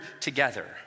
together